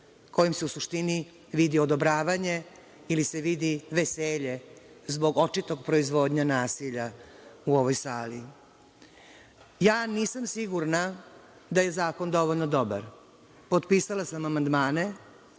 kojim se u suštini vidi odobravanje ili se vidi veselje zbog očite proizvodnje nasilja u ovoj sali. Ja nisam sigurna da je zakon dovoljno dobar. Potpisala sam amandmane